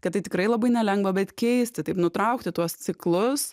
kad tai tikrai labai nelengva bet keisti taip nutraukti tuos ciklus